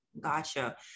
Gotcha